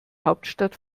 hauptstadt